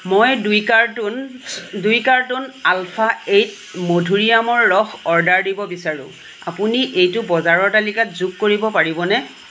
মই দুই কাৰ্টুন দুই কাৰ্টুন আলফা এইট মধুৰীআমৰ ৰস অৰ্ডাৰ দিব বিচাৰোঁ আপুনি এইটো বজাৰৰ তালিকাত যোগ কৰিব পাৰিবনে